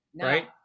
right